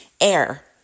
air